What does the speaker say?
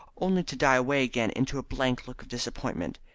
only to die away again into a blank look of disappointment.